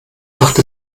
macht